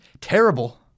terrible